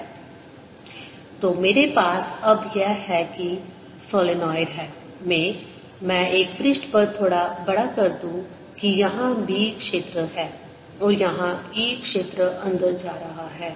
2πaEπa2dBdt or Ea2dBdta02dKdt तो मेरे पास अब यह है कि सोलेनोइड में मैं इसे पृष्ठ पर थोड़ा बड़ा कर दूं कि यहां B क्षेत्र है और यहाँ E क्षेत्र अंदर जा रहा है